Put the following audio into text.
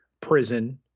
prison